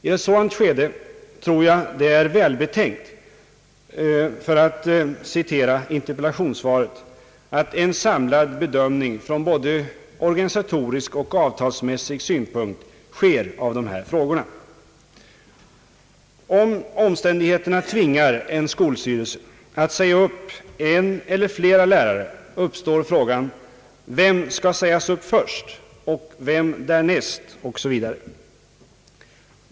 I ett sådant skede tror jag — för att citera interpellationssvaret — att det är välbetänkt att dessa frågor blir föremål för »en samlad bedömning från både organisatorisk och avtalsmässig synpunkt». Om omständigheterna tvingar en skolstyrelse att säga upp en eller flera lärare, uppstår frågan om vem som skall sägas upp först, vem därnäst osv.